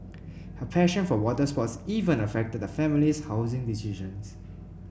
her passion for water sports even affected the family's housing decisions